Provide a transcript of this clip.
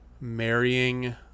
marrying